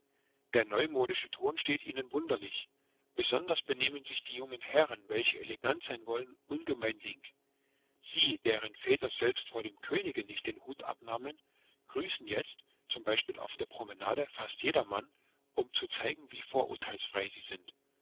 der neumodische ton steht ihnen wunderlich besonders benehmen sich die jungen herren welche elegants sein wollen ungemein link sie deren väter selbst vor dem könige nicht den hut abnahmen grüßen jetzt zum beispiel auf der promenade fast jedermann um zu zeigen wie vorurteilsfrei sie sind